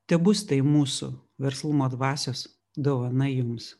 tebus tai mūsų verslumo dvasios dovana jums